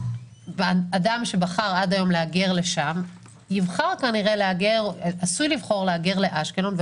אדם שבחר עד היום להגר לשם עשוי כנראה לבחור להגר לאשקלון,